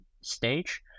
stage